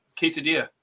quesadilla